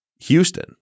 Houston